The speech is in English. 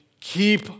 keep